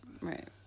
right